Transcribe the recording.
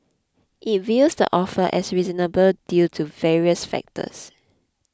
it views the offer as reasonable due to various factors